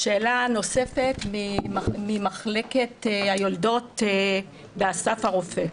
שאלה נוספת ממחלקת היולדות באסף הרופא.